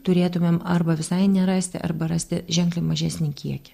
turėtumėm arba visai nerasti arba rasti ženkliai mažesnį kiekį